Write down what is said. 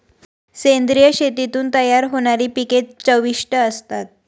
सेंद्रिय शेतीतून तयार होणारी पिके चविष्ट असतात